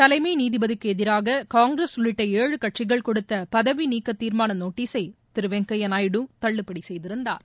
தலைமை நீதிபதிக்கு எதிராக காங்கிரஸ் உள்ளிட்ட ஏழு கட்சிகள் கொடுத்த பதவி நீக்க தீர்மான நோட்டீசை திரு வெங்கய்யா நாயுடு தள்ளுபடி செய்திருந்தார்